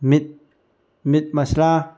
ꯃꯤꯠ ꯃꯤꯠ ꯃꯁꯥꯂꯥ